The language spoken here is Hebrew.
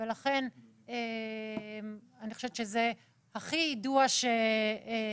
ולכן אני חושבת שזה הכי יידוע שאפשר.